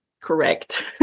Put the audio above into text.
correct